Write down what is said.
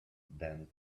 than